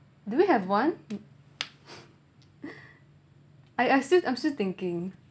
do we have one I I still I'm still thinking